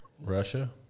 Russia